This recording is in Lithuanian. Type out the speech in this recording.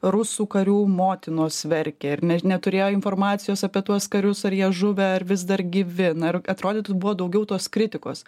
rusų karių motinos verkia ir net neturėjo informacijos apie tuos karius ar jie žuvę ar vis dar gyvi na ir atrodytų buvo daugiau tos kritikos